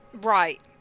right